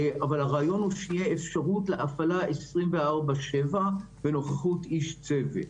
אבל הרעיון הוא שתהיה אפשרות להפעלה 24/7 בנוכחות איש צוות.